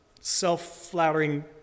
self-flattering